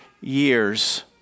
years